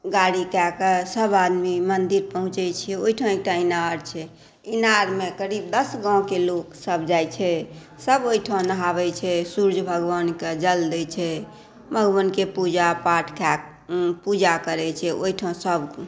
गाड़ी कए कए सभ आदमी मन्दिर पहुँचय छियै ओहिठाम एकटा इनार छै इनारमे करीब दस गाँके लोकसभ जाय छै सभ ओहिठाम नहाबय छै सूर्य भगवानकए जल दै छै भगवानके पूजा पाठ पूजा करय छै ओहिठाम